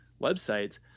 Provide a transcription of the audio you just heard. websites